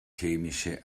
chemische